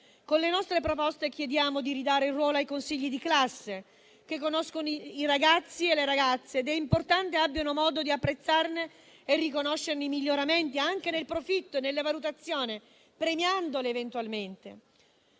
Con le nostre proposte chiediamo di ridare ai consigli di classe il loro ruolo, perché conoscono i ragazzi e le ragazze ed è importante che abbiano modo di apprezzarne e riconoscerne i miglioramenti anche nel profitto e nella valutazione, eventualmente